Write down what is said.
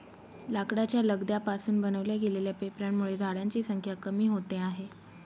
लाकडाच्या लगद्या पासून बनवल्या गेलेल्या पेपरांमुळे झाडांची संख्या कमी होते आहे